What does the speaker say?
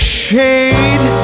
shade